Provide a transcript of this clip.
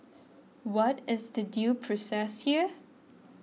what is the due process here